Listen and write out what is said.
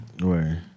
Right